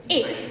eh